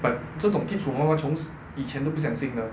but 这种 tips 什么 hor 从以前就不相信的